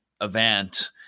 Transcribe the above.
event